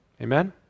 Amen